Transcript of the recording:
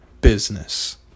business